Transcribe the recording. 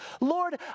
Lord